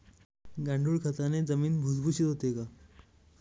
गांडूळ खताने जमीन भुसभुशीत होते का?